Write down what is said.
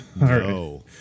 no